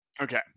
Okay